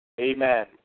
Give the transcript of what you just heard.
Amen